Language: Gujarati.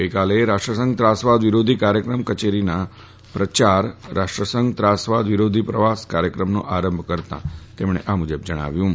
ગઈકાલે રાષ્ટ્રસંઘ ત્રાસવાદ વિરોધી કાર્યક્રમ કચેરીના પ્રયાર રાષ્ટ્રસંઘ ત્રાસવાદ વિરોધી પ્રવાસ કાર્યક્રમનો આરંભ કરતા તેમણે આ મુજબ જણાવ્યું હતું